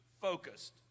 focused